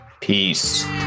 Peace